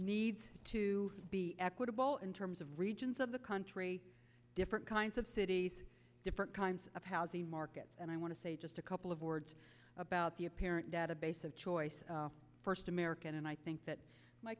needs to be equitable in terms of regions of the country different kinds of cities different kinds of housing markets and i want to say just a couple of words about the apparent database of choice first american and i think that my